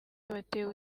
batewe